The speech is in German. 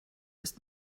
ist